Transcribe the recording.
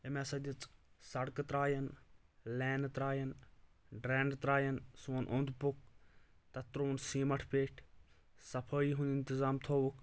أمۍ ہَسا دِژ سڑکہٕ ترٛایَن لینہٕ ترٛایَن ڈرٛینہٕ ترٛایَن سون اوٚند پوٚک تَتھ ترووُن سیٖمَٹ پیٚٹھۍ صفٲیی ہُنٛد انتظام تھووُکھ